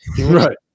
Right